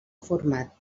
format